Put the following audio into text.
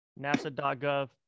nasa.gov